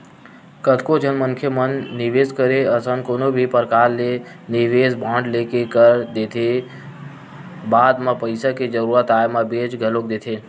कतको झन मनखे मन निवेस करे असन कोनो भी परकार ले निवेस बांड लेके कर तो देथे बाद म पइसा के जरुरत आय म बेंच घलोक देथे